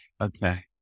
Okay